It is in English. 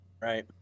right